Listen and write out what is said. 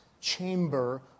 chamber